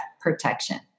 protection